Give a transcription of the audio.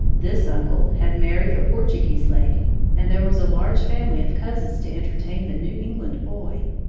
this uncle had married a portuguese lady, and there was a large family of cousins to entertain the new england boy.